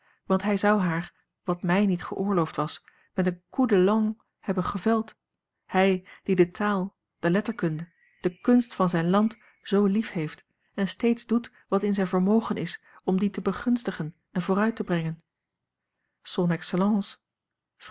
want hij zou haar wat mij niet geoorloofd was met een coup de langue hebben geveld hij die de taal de letterkunde de kunst van zijn land zoo lief heeft en steeds doet wat in zijn vermogen is om die te begunstigen en vooruit te brengen